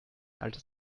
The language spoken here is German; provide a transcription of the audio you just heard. altes